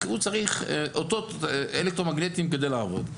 הוא צריך אותות אלקטרומגנטיים כדי לעבוד.